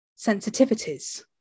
sensitivities